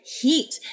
heat